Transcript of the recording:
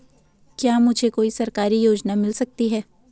क्या मुझे कोई सरकारी योजना मिल सकती है?